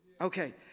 Okay